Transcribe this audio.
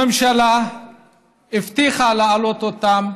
הממשלה הבטיחה להעלות אותם,